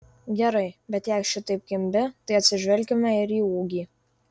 gerai bet jei šitaip kimbi tai atsižvelkime ir į ūgį